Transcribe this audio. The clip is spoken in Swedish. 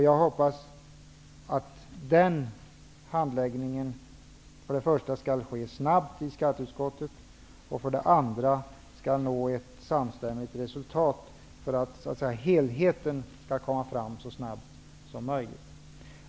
Jag hoppas att den handläggningen i skatteutskottet för det första skall ske snabbt, för det andra skall resultera i samstämmighet, för att helheten skall komma fram så snabbt som möjligt.